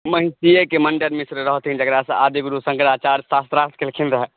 महिषीएके मण्डन मिश्र रहथिन जकरासँ आदिगुरु शङ्कराचार्य शास्त्रार्थ केलखिन रहए